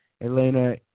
Elena